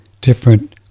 different